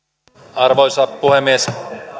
arvoisa puhemies